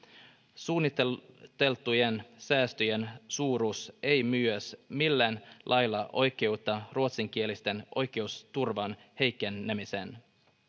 suunniteltujen säästöjen suuruus ei millään lailla oikeuta ruotsinkielisten oikeusturvan heikkenemistä